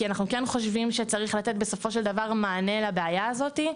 כי אנחנו כן חושבים שצריך לתת בסופו של דבר מענה לבעיה הזאת.